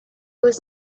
was